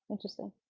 interesting.